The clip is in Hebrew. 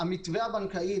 לגבי המתווה הבנקאי,